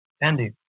Andy